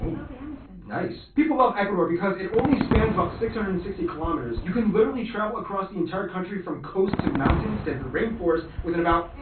and oh. and so and nice. people love ecuador because it only spans about six hundred and sixty kilometers. you can literally travel across the entire country from coast to mountain stead the rainforest within about,